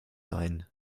sein